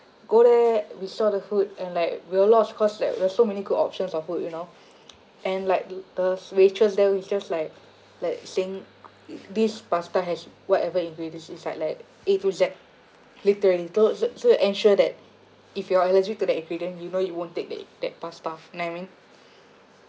go there we saw the food and like we're lost cause like there were so many good options of food you know and like the waitress there is just like like saying it this pasta has whatever ingredients inside like A to Z literally told us so ensure that if you're allergic to that ingredient you know you won't take the that pasta you know what I mean